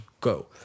go